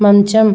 మంచం